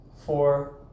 four